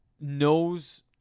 knows